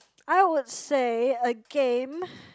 I would say a game